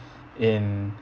in